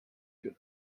your